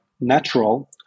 natural